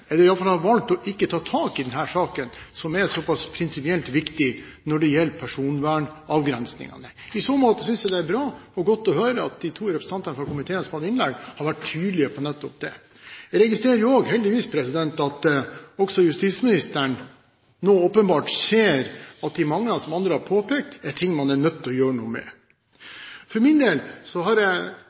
i hvert fall har valgt ikke å ta tak i denne saken, som er såpass prinsipielt viktig når det gjelder personvernavgrensningene. I så måte synes jeg det er bra og godt å høre at de to representantene fra komiteen som har hatt innlegg, har vært tydelige på nettopp det. Jeg registrerer heldigvis at også justisministeren nå åpenbart ser at de manglene som andre har påpekt, er ting man er nødt til å gjøre noe med. For min del har jeg